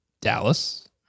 Dallas